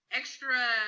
extra